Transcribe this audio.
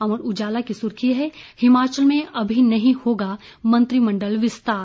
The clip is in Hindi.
अमर उजाला की सुर्खी है हिमाचल में अभी नहीं होगा मंत्रिमंडल विस्तार